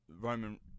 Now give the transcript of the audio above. roman